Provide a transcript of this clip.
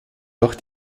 doch